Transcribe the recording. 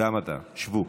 גם אתה, שבו.